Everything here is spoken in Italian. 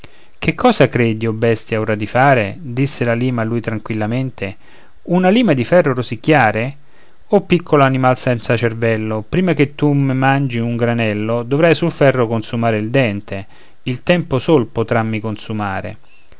che cosa credi o bestia ora di fare disse la lima a lui tranquillamente una lima di ferro rosicchiare o piccolo animal senza cervello prima che tu di me mangi un granello dovrai sul ferro consumare il dente il tempo sol potrammi consumare